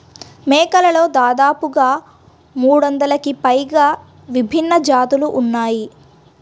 మేకలలో దాదాపుగా మూడొందలకి పైగా విభిన్న జాతులు ఉన్నాయి